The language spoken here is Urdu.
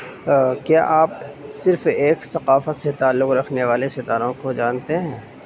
کیا آپ صرف ایک ثقافت سے تعلق رکھنے والے ستاروں کو جانتے ہیں